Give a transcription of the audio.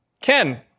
Ken